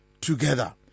together